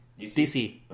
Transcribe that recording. DC